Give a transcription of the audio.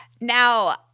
Now